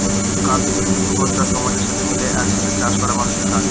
কার্যত, দুঃখ, কষ্ট আর সমাজের সাথে মিলে এক সাথে চাষ করা মানুষের কাজ